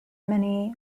many